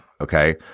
okay